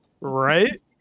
Right